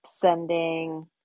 sending